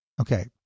Okay